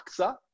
Aksa